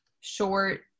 short